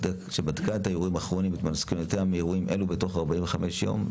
שבדקה את האירועים האחרונים ואת מסקנותיה מאירועים אלה בתוך 45 יום.